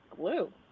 glue